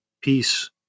peace